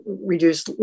reduce